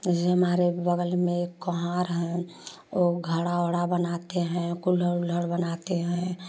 जैसे हमारे बगल में एक कुम्हार हैं ओ घड़ा ओरा बनाते हैं कुल्हड़ उल्हड़ बनाते हैं